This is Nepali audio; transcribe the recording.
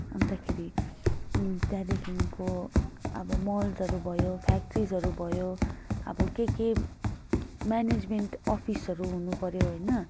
अन्तखेरि त्यहाँदेखिको अब मल्सहरू भयो फ्याक्ट्रिजहरू भयो अब के के म्यानेजमेन्ट अफिसहरू हुनु पर्यो होइन